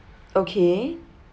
okay